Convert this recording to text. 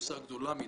ובתפוסה גדולה מדי.